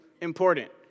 important